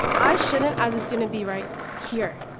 i shouldn't as a student be right here,